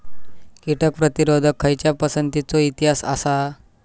कीटक प्रतिरोधक खयच्या पसंतीचो इतिहास आसा?